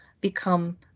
become